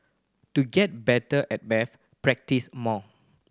to get better at maths practise more